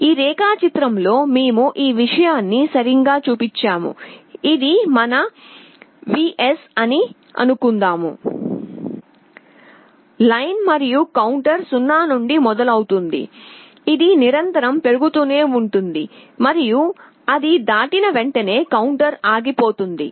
ఈ రేఖాచిత్రంలో మేము ఈ విషయాన్ని సరిగ్గా చూపించాము ఇది మన విన్ అని అనుకుందాం లైన్ మరియు కౌంటర్ 0 నుండి మొదలవుతుంది ఇది నిరంతరం పెరుగుతూనే ఉంటుంది మరియు అది దాటిన వెంటనే కౌంటర్ ఆగిపోతుంది